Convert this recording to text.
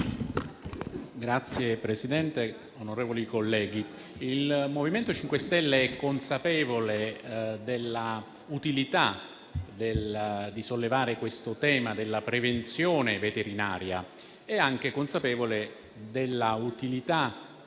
Signor Presidente, onorevoli colleghi, il MoVimento 5 Stelle è consapevole dell'utilità di sollevare il tema della prevenzione veterinaria ed è anche consapevole dell'utilità